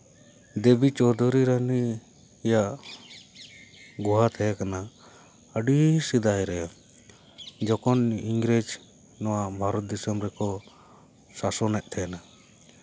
ᱫᱮᱵᱤ ᱪᱳᱣᱫᱷᱩᱨᱤ ᱨᱟᱱᱤᱭᱟᱜ ᱜᱩᱦᱟ ᱛᱟᱦᱮᱸ ᱠᱟᱱᱟ ᱟᱹᱰᱤ ᱥᱮᱫᱟᱭ ᱨᱮ ᱡᱚᱠᱷᱚᱱ ᱤᱝᱨᱮᱡᱽ ᱱᱚᱣᱟ ᱵᱷᱟᱨᱚᱛ ᱫᱤᱥᱚᱢ ᱨᱮᱠᱚ ᱥᱟᱥᱚᱱᱮᱫ ᱛᱟᱦᱮᱱᱟ